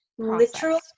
literal